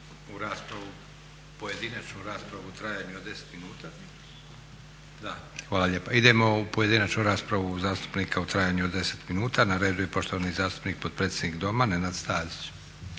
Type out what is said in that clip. …/Upadica se ne čuje./… Da, hvala lijepa. Idemo u pojedinačnu raspravu zastupnika u trajanju od 10 minuta. Na redu je poštovani zastupnik potpredsjednik Doma Nenad Stazić.